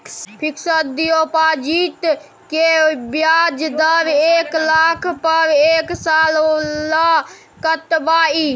Fixed deposit के ब्याज दर एक लाख पर एक साल ल कतबा इ?